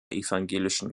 evangelischen